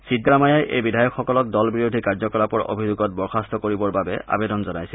চিদ্দাৰামায়াই এই বিধায়কসকলক দল বিৰোধী কাৰ্যকলাপৰ অভিযোগত বৰ্খাস্ত কৰিবৰ বাবে আবেদন জনাইছিল